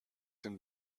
den